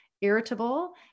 irritable